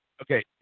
Okay